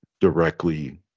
directly